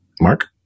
Mark